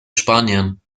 spanien